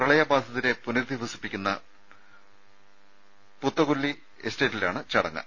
പ്രളയ ബാധിതരെ പുനരധിവസിപ്പിക്കുന്ന പൂത്തകൊല്ലി എസ്റ്റേറ്റിലാണ് ചടങ്ങ്